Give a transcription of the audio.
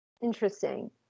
Interesting